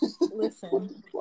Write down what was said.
listen